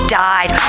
died